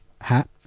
hat